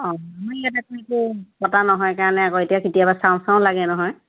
অঁ আমাৰ ইয়াতে কিন্তু পতা নহয় সেইকাৰণে আকৌ এতিয়া কেতিয়াবা চাওঁ চাওঁ লাগে নহয়